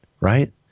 right